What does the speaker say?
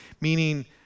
meaning